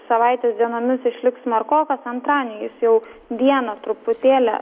savaitės dienomis išliks smarkokas antradienį jis jau dieną truputėlį